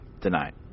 tonight